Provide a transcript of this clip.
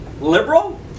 liberal